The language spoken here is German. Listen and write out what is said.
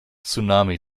tsunami